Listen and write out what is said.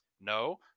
No